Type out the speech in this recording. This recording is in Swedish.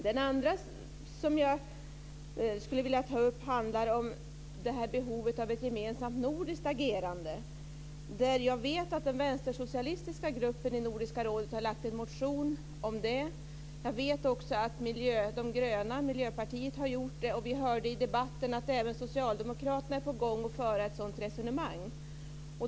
Det andra som jag skulle vilja ta upp handlar om behovet av ett gemensamt nordiskt agerande, där jag vet att den vänstersocialistiska gruppen i Nordiska rådet har väckt en motion om det. Jag vet också att de gröna, Miljöpartiet, har gjort det. Och vi hörde i debatten att även Socialdemokraterna är på gång att föra ett sådant resonemang.